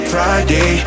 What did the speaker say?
Friday